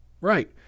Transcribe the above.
Right